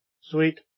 sweet